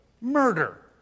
murder